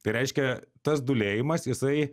tai reiškia tas dūlėjimas jisai